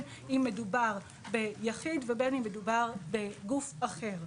אם מדובר ביחיד ובין אם מדובר בגוף אחר.